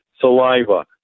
saliva